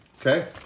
Okay